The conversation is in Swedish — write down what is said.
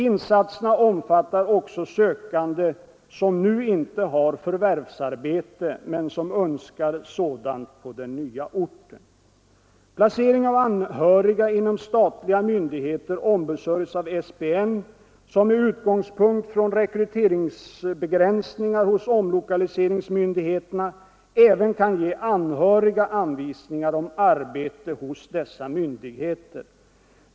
Insatserna omfattar också sökande som nu inte har förvärvsarbete men som önskar sådant på den nya orten. Placering av anhöriga inom statliga myndigheter ombesörjs av SPN, som med utgångspunkt i rekryteringsbegränsningar hos omlokaliseringsmyndigheterna även kan ge anhöriga anvisningar om arbete hos dessa myndigheter.